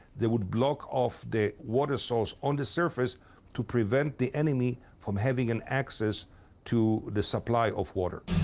they would block off the water source on the surface to prevent the enemy from having an access to the supply of water.